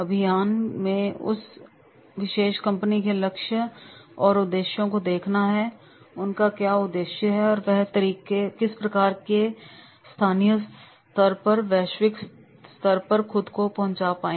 अभियान में उस विशेष कंपनी के लक्ष्य और उद्देश्यों को देखना है कि उनका क्या उद्देश्य है और वह किस प्रकार से स्थानीय सर से वैश्विक स्तर तक खुद को पहुंचा पाए